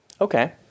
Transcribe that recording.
Okay